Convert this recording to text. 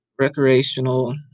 recreational